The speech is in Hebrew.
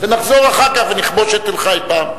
ונחזור אחר כך ונכבוש את תל-חי פעם.